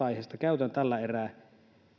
aiheesta käytän tällä erää